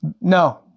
no